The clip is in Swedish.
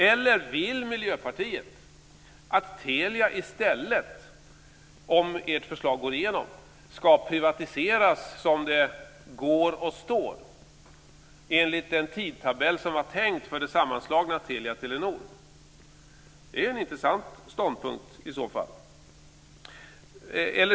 Eller vill Miljöpartiet att Telia i stället, om ert förslag går igenom, ska privatiseras som det går och står enligt den tidtabell som var tänkt för det sammanslagna Telia-Telenor? I så fall är det en intressant ståndpunkt.